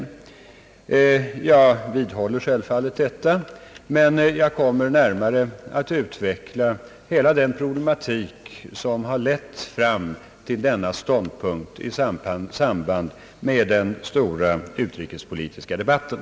Jag vidhåller självfallet detta, men jag kommer närmare att utveckla hela den problematik som har lett fram till denna ståndpunkt i samband med den stora utrikespolitiska debatten.